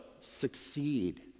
succeed